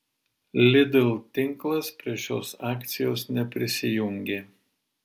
lidl tinklas prie šios akcijos neprisijungė